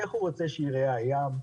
איך הוא רוצה שייראה הים,